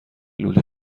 لوله